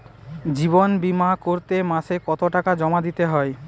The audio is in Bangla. জীবন বিমা করতে মাসে কতো টাকা জমা দিতে হয়?